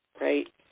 right